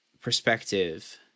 perspective